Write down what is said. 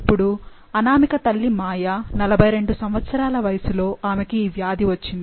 ఇప్పుడు అనామిక తల్లి మాయ 42 సంవత్సరాల వయస్సులో ఆమెకు ఈ వ్యాధి వచ్చింది